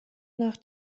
nach